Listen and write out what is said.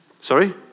Sorry